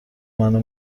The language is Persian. منو